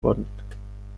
wurden